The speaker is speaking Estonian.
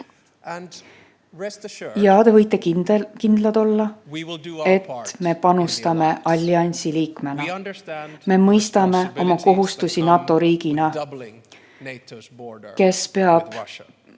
võite olla kindlad, et me panustame alliansi liikmena. Me mõistame oma kohustusi NATO riigina, kes peale